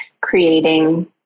creating